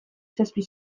zazpi